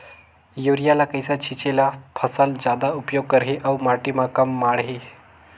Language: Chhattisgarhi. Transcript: युरिया ल कइसे छीचे ल फसल जादा उपयोग करही अउ माटी म कम माढ़ही?